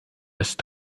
erst